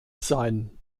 sein